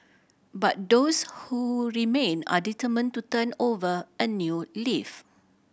but those who remain are determined to turn over a new leaf